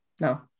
no